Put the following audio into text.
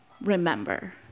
remember